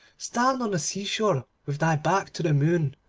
stand on the sea-shore with thy back to the moon,